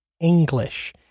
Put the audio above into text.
English